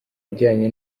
bijyanye